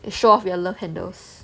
to show off your love handles